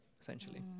essentially